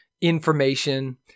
Information